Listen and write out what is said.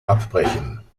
abbrechen